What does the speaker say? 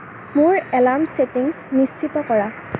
মোৰ alarm settings নিশ্চিত কৰা